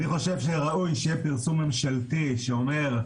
אני חושב שראוי שיהיה פרסום ממשלתי שאומר: